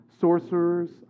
sorcerers